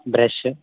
brush